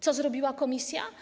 Co zrobiła komisja?